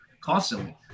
constantly